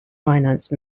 finance